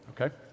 okay